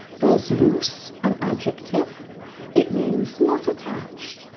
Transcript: there's loose an adjective it means not attached,